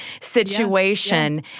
situation